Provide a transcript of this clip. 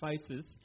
faces